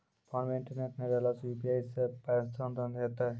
Phone मे internet नै रहला सॅ, यु.पी.आई सॅ पाय स्थानांतरण हेतै?